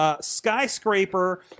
skyscraper